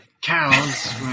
cows